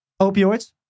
opioids